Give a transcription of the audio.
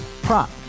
Prop